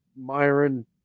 Myron